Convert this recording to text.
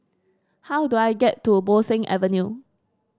how do I get to Bo Seng Avenue